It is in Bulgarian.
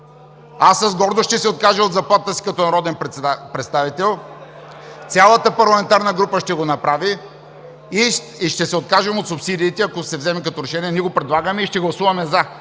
Аз с гордост ще се откажа от заплатата си като народен представител, цялата парламентарна група ще го направи и ще се откажем от субсидиите, ако се вземе като решение. Ние го предлагаме и ще гласуваме „за“.